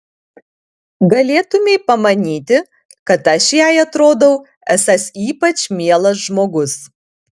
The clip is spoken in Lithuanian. galėtumei pamanyti kad aš jai atrodau esąs ypač mielas žmogus